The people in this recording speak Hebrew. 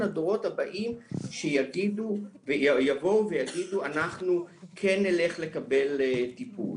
הדורות הבאים שיבואו ויגידו 'אנחנו כן נלך לקבל טיפול'.